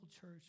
church